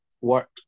work